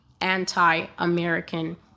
anti-American